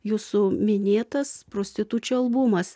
jūsų minėtas prostitučių albumas